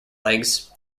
legs